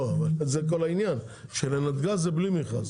לא, אבל זה כל העניין, שלנתג"ז זה בלי מכרז.